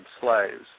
slaves